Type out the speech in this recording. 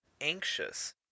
anxious